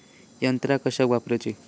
यंत्रा कशाक वापुरूची?